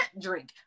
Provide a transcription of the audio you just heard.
drink